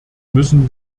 müssen